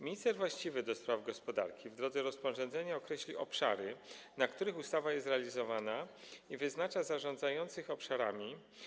Minister właściwy do spraw gospodarki określi, w drodze rozporządzenia, obszary, na których ustawa jest realizowana, i wyznaczy zarządzających obszarami.